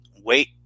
wait